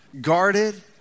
guarded